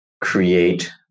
create